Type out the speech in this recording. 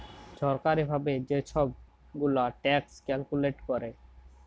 ছরকারি ভাবে যে ছব গুলা ট্যাক্স ক্যালকুলেট ক্যরে